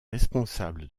responsable